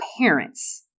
parents